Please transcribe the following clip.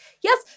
Yes